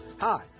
Hi